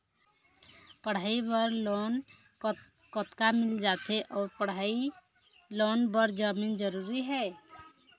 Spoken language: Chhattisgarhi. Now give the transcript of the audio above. पढ़ई बर लोन कतका मिल जाथे अऊ पढ़ई लोन बर जमीन जरूरी हे?